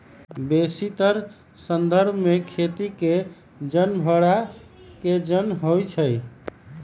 बेशीतर संदर्भ में खेती के जन भड़ा के जन होइ छइ